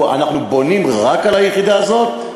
אנחנו בונים רק על היחידה הזאת?